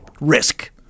risk